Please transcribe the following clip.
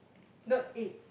not egg